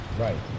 Right